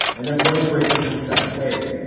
and that's why he's bracing for the second wave.